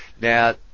Now